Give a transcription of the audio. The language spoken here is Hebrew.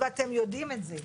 ואתם יודעים את זה,